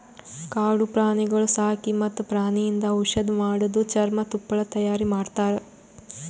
ಕಾಡು ಪ್ರಾಣಿಗೊಳ್ ಸಾಕಿ ಮತ್ತ್ ಪ್ರಾಣಿಯಿಂದ್ ಔಷಧ್ ಮಾಡದು, ಚರ್ಮ, ತುಪ್ಪಳ ತೈಯಾರಿ ಮಾಡ್ತಾರ